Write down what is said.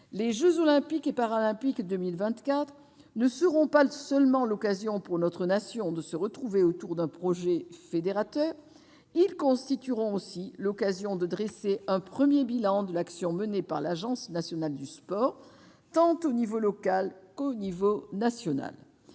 Les jeux Olympiques et Paralympiques de 2024 ne seront pas seulement l'occasion pour notre nation de se retrouver autour d'un projet fédérateur. Ils constitueront aussi l'occasion de dresser un premier bilan de l'action menée par l'Agence nationale du sport, à l'échelon tant local que national.